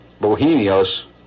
Bohemios